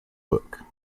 book